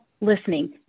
listening